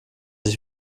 ich